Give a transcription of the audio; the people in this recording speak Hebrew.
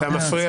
מה זה עושה